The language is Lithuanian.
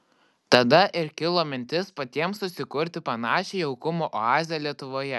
tada ir kilo mintis patiems susikurti panašią jaukumo oazę lietuvoje